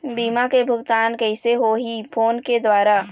बीमा के भुगतान कइसे होही फ़ोन के द्वारा?